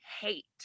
hate